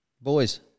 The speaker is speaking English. Boys